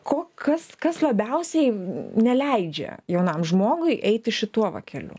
ko kas kas labiausiai neleidžia jaunam žmogui eiti šituo keliu